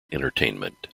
entertainment